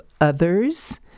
others